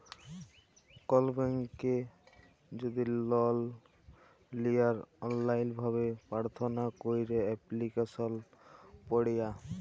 call ব্যাংকে যদি loan লিয়ার অললাইল ভাবে পার্থনা ক্যইরে এপ্লিক্যাসল পাউয়া